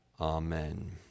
Amen